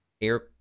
air